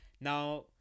Now